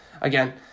again